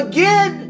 Again